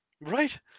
Right